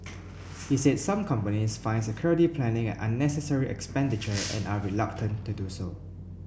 he said some companies find security planning an unnecessary expenditure and are reluctant to do so